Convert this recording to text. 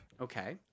Okay